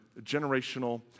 Generational